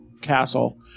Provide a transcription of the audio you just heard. Castle